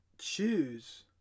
choose